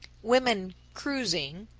women cruising,